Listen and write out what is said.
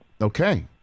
Okay